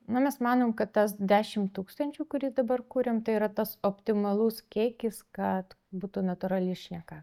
na mes manom kad tas dešim tūkstančių kurį dabar kuriam tai yra tas optimalus kiekis kad būtų natūrali šneka